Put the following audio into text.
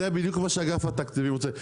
זה בדיוק מה שאגף התקציבים רוצה.